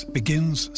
begins